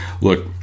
look